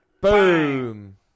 Boom